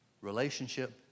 Relationship